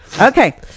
Okay